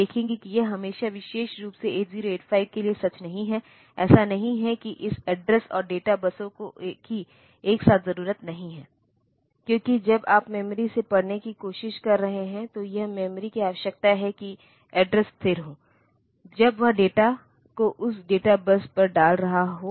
और हमें यह एसआईडी और एसओडी मिला है तो इन 2 लाइनों तो यह SID सीरियल इनपुट डेटा के लिए है और एक SOD सीरियल आउटपुट डेटा के लिए है